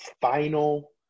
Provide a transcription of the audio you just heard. final